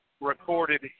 recorded